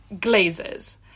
glazes